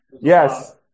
Yes